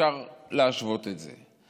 אפשר להשוות את זה.